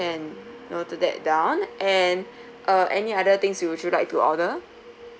noted that down and uh any other things you would you like to order